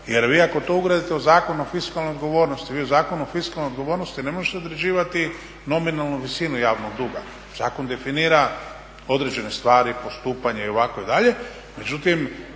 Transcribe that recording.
jer vi ako to ugradite u Zakon o fiskalnoj odgovornosti vi u Zakonu o fiskalnoj odgovornosti ne možete određivati nominalnu visinu javnog duga, zakon definira određene stvari postupanja i ovako dalje.